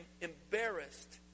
embarrassed